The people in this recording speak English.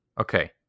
Okay